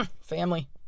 family